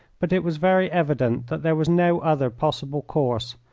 but it was very evident that there was no other possible course,